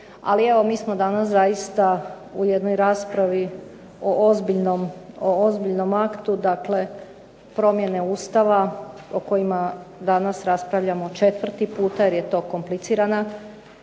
Ali evo mi smo danas u raspravi o ozbiljnom aktu promjene Ustava o kojima danas raspravljamo 4. puta, jer je to komplicirana